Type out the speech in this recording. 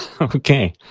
Okay